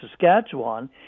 Saskatchewan